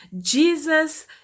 Jesus